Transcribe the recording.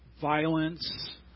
violence